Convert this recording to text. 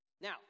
Now